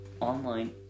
online